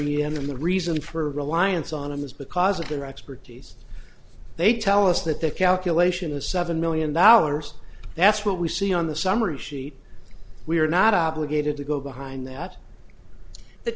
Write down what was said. in the reason for reliance on them is because of their expertise they tell us that their calculation is seven million dollars that's what we see on the summary sheet we are not obligated to go behind that the